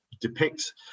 depicts